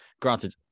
granted